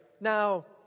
Now